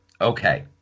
okay